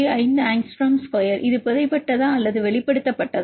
5 angstrom square இது புதைபட்டதா அல்லது வெளிப்படுத்தப்பட்டதா